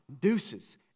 deuces